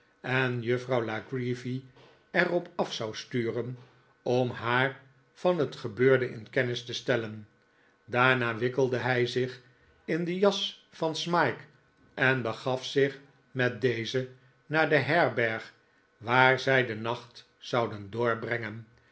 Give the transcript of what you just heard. en juffrouw la creevy er op af zou sturen om haar van het gebeurde in kennis te stellen daarna wikkelde hij zich in de jas van smike en begaf zich met dezen naar de herberg waar zij den nacht zouden doorbrengen